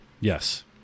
Yes